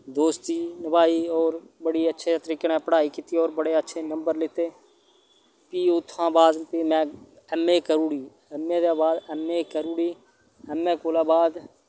दोस्ती नबाई और बड़े अच्छे तरीके कन्नै पढ़ाई कीत्ती और बड़े अच्छे नंबर लैते फ्ही उत्थुआ बाद फ्ही मैं ऐम ऐ कर उड़ी ऐम ऐ दे बाद ऐम ऐ कर उड़ी ऐम ऐ दे बाद